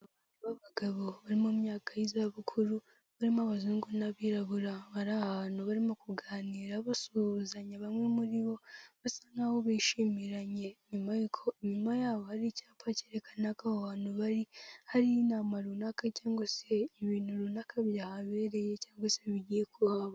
Abantu ba bagabo bari mu myaka y'izabukuru, barimo abazungu n'abirabura , bari abantu barimo kuganira basuhuzanya, bamwe muri bo basa nk'aho bishimiranye , nyuma y'uko inyuma y'abo hari icyapa cyerekana ko aho hantu bari hari inama runaka cyangwa se ibintu runaka byahabereye cyangwa se bigiye kuhaba.